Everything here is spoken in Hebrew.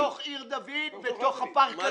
בתוך עיר דוד, בתוך הפארק הלאומי.